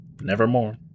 Nevermore